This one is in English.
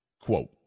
Quote